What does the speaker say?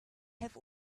have